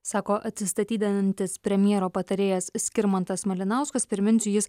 sako atsistatydinantis premjero patarėjas skirmantas malinauskas priminsiu jis